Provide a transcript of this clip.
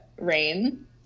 Rain